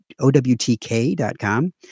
OWTK.com